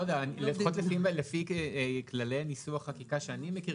לפחות לפי כללי ניסוח חקיקה שאני מכיר,